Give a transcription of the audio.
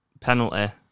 penalty